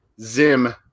zim